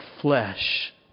flesh